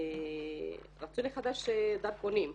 רצו לחדש דרכונים.